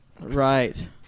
Right